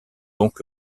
donc